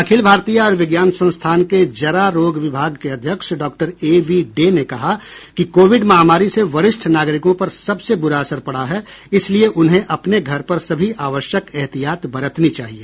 अखिल भारतीय आयुर्विज्ञान संस्थान के जरा रोग विभाग के अध्यक्ष डॉ ए वी डे ने कहा कि कोविड महामारी से वरिष्ठ नागरिकों पर सबसे बुरा असर पडा है इसलिए उन्हें अपने घर पर सभी आवश्यक एहतियात बरतनी चाहिए